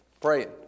Praying